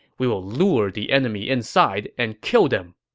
we'll we'll lure the enemy inside and kill them.